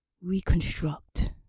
reconstruct